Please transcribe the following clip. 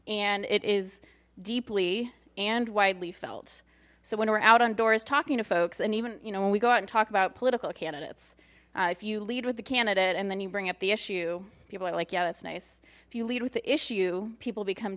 and it is deeply and widely felt so when we're out on doors talking to folks and even you know when we go out and talk about political candidates if you lead with the candidate and then you bring up the issue people are like yeah that's nice if you lead with the issue people become